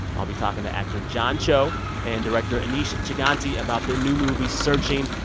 i'll be talking to actor john cho and director aneesh chaganty about their new movie searching.